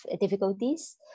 difficulties